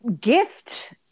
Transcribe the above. gift